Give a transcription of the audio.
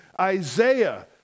Isaiah